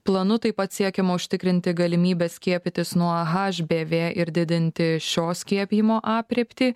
planu taip pat siekiama užtikrinti galimybę skiepytis nuo hbv ir didinti šio skiepijimo aprėptį